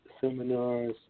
seminars